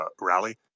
Rally